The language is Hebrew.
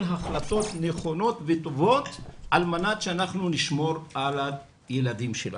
החלטות נכונות וטובות על מנת שאנחנו נשמור על הילדים שלנו.